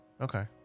okay